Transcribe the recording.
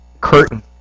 curtain